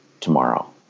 tomorrow